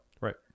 Right